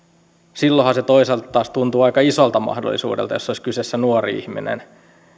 silloinhan se toisaalta taas tuntuu aika isolta mahdollisuudelta jos olisi kyseessä nuori ihminen